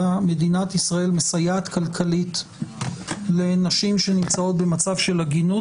מדינת ישראל מסייעת כלכלית לנשים שנמצאות במצב של עגינות,